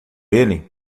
ele